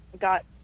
got